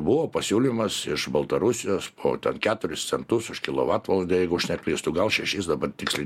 buvo pasiūlymas iš baltarusijos po keturis centus už kilovatvalandę jeigu aš neklystu gal šešis dabar tiksliai